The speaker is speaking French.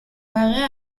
barrer